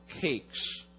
cakes